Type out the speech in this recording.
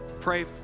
pray